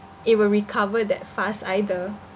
it will recover that fast either